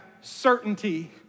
certainty